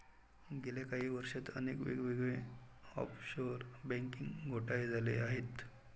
गेल्या काही वर्षांत अनेक वेगवेगळे ऑफशोअर बँकिंग घोटाळे झाले आहेत